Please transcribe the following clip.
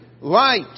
Light